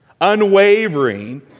unwavering